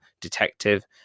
detective